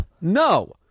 No